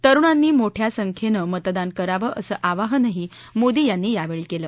तरुणांनी मोठया संख्येनं मतदान करावं असं आवाहनही मोदी यांनी यावेळी केलं